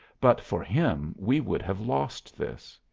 but for him we would have lost this.